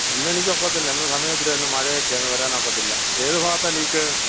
ഇന്നെനിക്കൊക്കത്തില്ല ഇന്നു സമയം ഒത്തരി ആയി ഇന്നു മഴ ഒക്കെയാണ് വരാൻ ഒക്കത്തില്ല ഏതു ഭാഗത്താണ് ലീക്ക്